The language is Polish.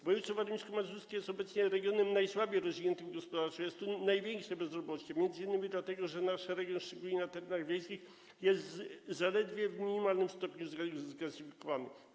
Województwo warmińsko-mazurskie jest obecnie regionem najsłabiej rozwiniętym gospodarczo, jest tu największe bezrobocie, m.in. dlatego że nasz region, szczególnie na terenach wiejskich, jest zaledwie w minimalnym stopniu zgazyfikowany.